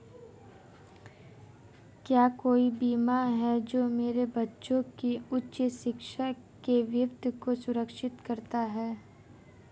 क्या कोई बीमा है जो मेरे बच्चों की उच्च शिक्षा के वित्त को सुरक्षित करता है?